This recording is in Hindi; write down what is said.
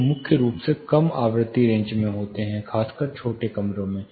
वे मुख्य रूप से कम आवृत्ति रेंज में होते हैं खासकर छोटे कमरों में